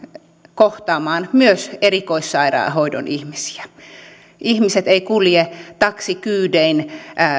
kohtaamaan myös erikoissairaanhoidon ihmisiä ihmiset eivät kulje taksikyydein